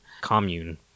commune